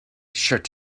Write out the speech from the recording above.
shirt